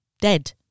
dead